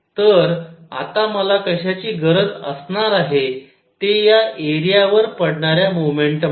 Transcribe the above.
तर आता मला कश्याची गरज असणार आहे ते या एरिया वर पडणाऱ्या मोमेंटम आहे